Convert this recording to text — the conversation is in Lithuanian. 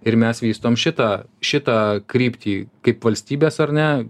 ir mes vystom šitą šitą kryptį kaip valstybės ar ne